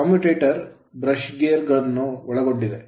Commutator commutator brush gear brush gear ಅನ್ನು ಒಳಗೊಂಡಿದೆ